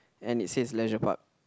and it says leisure park